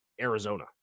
Arizona